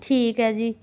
ਠੀਕ ਹੈ ਜੀ